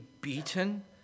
beaten